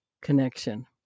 connection